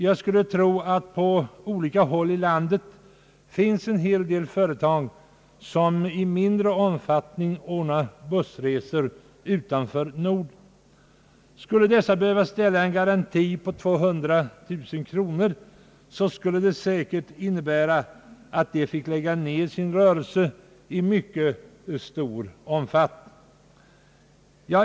Jag skulle tro att det på olika håll i landet finns en hel del företag som i mindre omfattning ordnar bussresor utanför Norden. Skulle dessa behöva ställa en garanti på 200 000 kr., skulle det säkert innebära att de i mycket stor omfattning fick lägga ned sin rörelse.